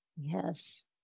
Yes